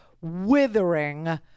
withering